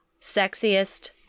sexiest